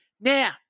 Now